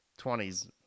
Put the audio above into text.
20's